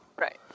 right